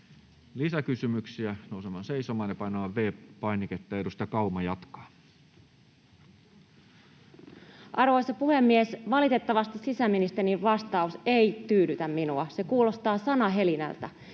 lisäkysymyksiä, nousemaan seisomaan ja painamaan V-painiketta. — Edustaja Kauma jatkaa. Arvoisa puhemies! Valitettavasti sisäministerin vastaus ei tyydytä minua. Se kuulostaa sanahelinältä.